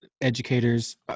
educators